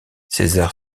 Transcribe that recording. césar